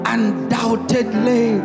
Undoubtedly